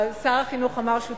סגן שר החינוך אמר לי שהוא משיב.